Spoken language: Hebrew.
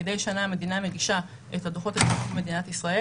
מדי שנה המדינה מגישה את הדוחות ולתוך הדוחות